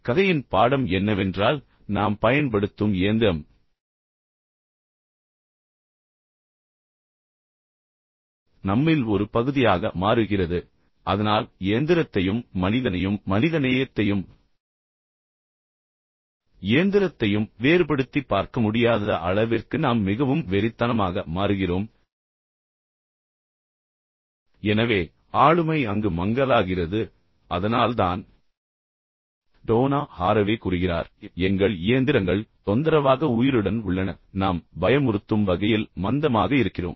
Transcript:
கதையின் பாடம் என்னவென்றால் நாம் பயன்படுத்தும் இயந்திரம் நம்மில் ஒரு பகுதியாக மாறுகிறது அதனால் இயந்திரத்தையும் மனிதனையும் மனிதநேயத்தையும் இயந்திரத்தையும் வேறுபடுத்திப் பார்க்க முடியாத அளவிற்கு நாம் மிகவும் வெறித்தனமாக மாறுகிறோம் எனவே ஆளுமை அங்கு மங்கலாகிறது அதனால்தான் டோனா ஹாரவே கூறுகிறார் எங்கள் இயந்திரங்கள் தொந்தரவாக உயிருடன் உள்ளன நாம் பயமுறுத்தும் வகையில் மந்தமாக இருக்கிறோம்